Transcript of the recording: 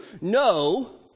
No